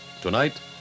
Tonight